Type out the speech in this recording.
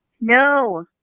No